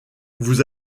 vous